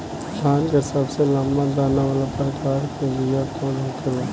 धान के सबसे लंबा दाना वाला प्रकार के बीया कौन होखेला?